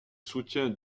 soutient